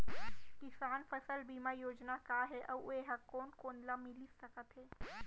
किसान फसल बीमा योजना का हे अऊ ए हा कोन कोन ला मिलिस सकत हे?